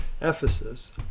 Ephesus